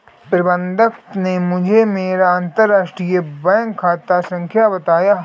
प्रबन्धक ने मुझें मेरा अंतरराष्ट्रीय बैंक खाता संख्या बताया